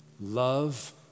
love